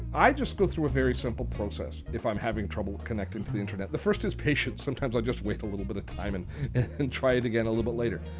i just go through a very simple process if i'm having trouble connecting to the internet. the first is patience. sometime, i just wait a little bit of time and and try it again a little bit later.